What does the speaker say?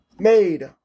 Made